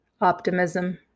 optimism